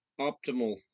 optimal